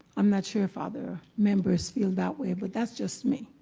i'm not sure if other members feel that way but that's just me.